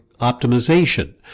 optimization